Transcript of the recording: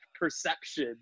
perception